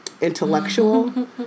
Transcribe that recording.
intellectual